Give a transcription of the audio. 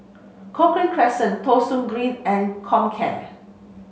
Cochrane Crescent Thong Soon Green and Comcare